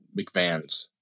McVans